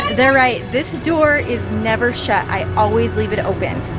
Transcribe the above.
they're right, this door is never shut. i always leave it open.